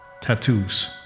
tattoos